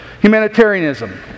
Humanitarianism